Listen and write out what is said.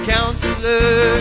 Counselor